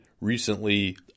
recently